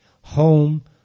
home